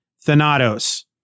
Thanatos